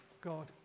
God